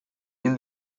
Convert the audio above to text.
hil